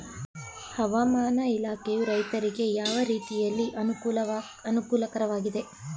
ಹವಾಮಾನ ಇಲಾಖೆಯು ರೈತರಿಗೆ ಯಾವ ರೀತಿಯಲ್ಲಿ ಅನುಕೂಲಕರವಾಗಿದೆ?